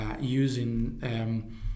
using